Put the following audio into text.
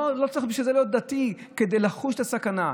לא צריך להיות דתי בשביל לחוש את הסכנה.